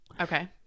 Okay